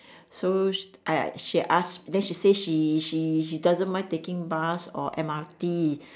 so she I she ask then she say she she she doesn't mind taking bus or M_R_T